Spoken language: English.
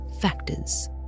factors